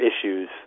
issues